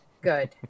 good